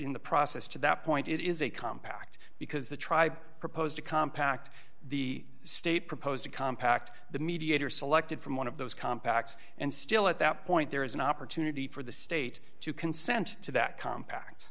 in the process to that point it is a compact because the tribe proposed a compact the state proposed a compact the mediator selected from one of those compacts and still at that point there is an opportunity for the state to consent to that compact